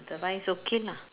the but it's okay lah